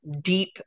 deep